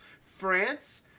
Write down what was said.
France